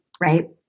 Right